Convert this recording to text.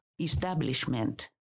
establishment